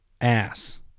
ass